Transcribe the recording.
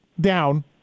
down